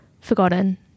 forgotten